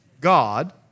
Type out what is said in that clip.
God